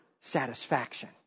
satisfaction